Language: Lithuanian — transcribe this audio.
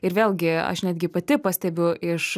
ir vėlgi aš netgi pati pastebiu iš